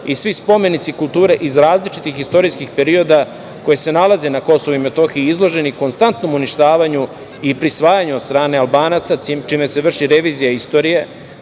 i svi spomenici kulture iz različitih istorijskih perioda koji se nalaze na KiM izloženi konstantnom uništavanju i prisvajanju od strane Albanaca, čime se vrši revizija istorije,